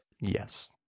Yes